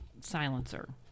silencer